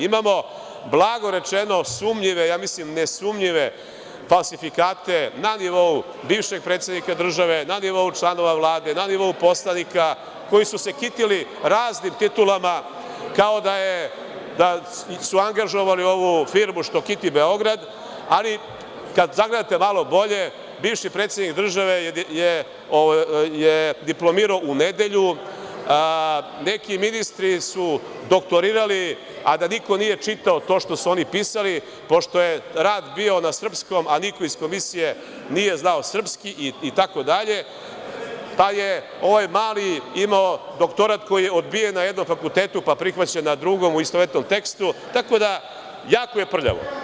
Imamo, blago rečeno, sumnjivo, ja mislim nesumnjive, falsifikate na nivou bivšeg predsednika države, na nivou članova Vlade, na nivou poslanika koji su se kitili raznim titulama, kao da su angažovali ovu firmu što kiti Beograd, ali kada zagledate malo bolje, bivši predsednik države je diplomirao u nedelju, neki ministri su doktorirali, a da niko nije čitao to što su oni pisali, pošto je rad bio na srpskom, a niko iz komisije nije znao srpski, pa je ovaj Mali imao doktorat koji je odbijen na jednom fakultetu, pa prihvaćen na drugom u istovetnom tekstu, tako da jako je prljavo.